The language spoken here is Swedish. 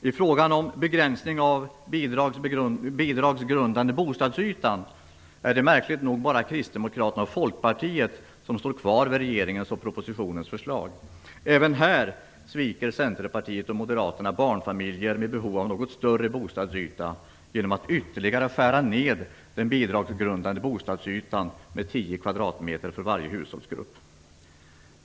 I frågan om begränsning av den bidragsgrundande bostadsytan är det märkligt nog bara Kristdemokraterna och Folkpartiet som står kvar vid regeringens och propositionens förslag. Även här sviker Centerpartiet och Moderaterna barnfamiljer med behov av något större bostadsyta, genom att ytterligare skära ned den bidragsgrundande bostadsytan med 10 kvadratmeter för varje hushållsgrupp.